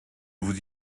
vous